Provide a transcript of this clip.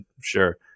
sure